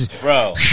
bro